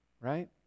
right